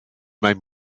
mijn